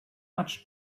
much